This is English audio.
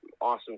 awesome